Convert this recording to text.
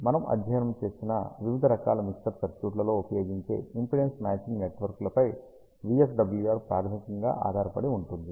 మనం అధ్యయనం చేసిన వివిధ రకాల మిక్సర్ సర్క్యూట్లలో ఉపయోగించే ఇంపి డెన్స్ మ్యాచింగ్ నెట్వర్క్లపై VSWR ప్రాథమికంగా ఆధారపడి ఉంటుంది